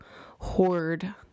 hoard